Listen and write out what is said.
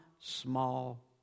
small